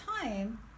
time